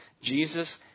Jesus